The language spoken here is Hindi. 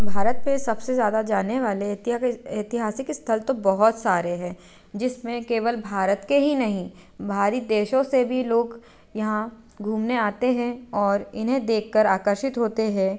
भारत में सब से ज़्यादा जाने वाले ऐतिहासिक स्थल तो बहुत सारे हैं जिस में केवल भारत के ही नहीं बाहरी देशों से भी लोग यहाँ घूमने आते हैं और इन्हें देख कर आकर्षित होते हैं